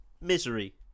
misery